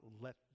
let